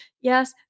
Yes